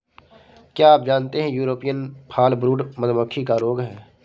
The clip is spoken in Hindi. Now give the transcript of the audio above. क्या आप जानते है यूरोपियन फॉलब्रूड मधुमक्खी का रोग है?